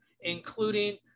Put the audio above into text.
including